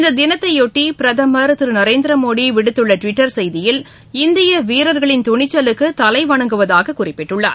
இந்த தினத்தையொட்டி பிரதம் திரு நரேந்திரமோடி விடுத்துள்ள டுவிட்டர் செய்தியில் இந்திய வீரர்களின் துணிச்சலுக்கு தலைவணங்குவதாகக் குறிப்பிட்டுள்ளார்